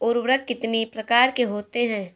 उर्वरक कितनी प्रकार के होता हैं?